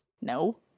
No